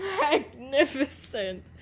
magnificent